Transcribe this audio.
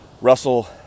Russell